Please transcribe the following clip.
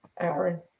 Aaron